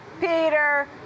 Peter